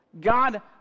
God